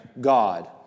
God